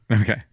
okay